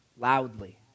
loudly